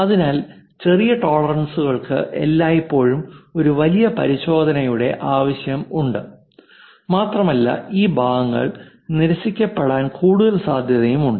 അതിനാൽ ചെറിയ ടോളറൻസുകൾക്ക് എല്ലായ്പ്പോഴും ഒരു വലിയ പരിശോധനയുടെ ആവശ്യം ഉണ്ട് മാത്രമല്ല ഈ ഭാഗങ്ങൾ നിരസിക്കപ്പെടാൻ കൂടുതൽ സാധ്യതയുണ്ട്